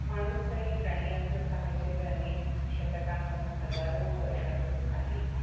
माणूस आणि प्राणी यांचं साहचर्य अनेक शतकांपासून हजारो वर्षांपासून आहे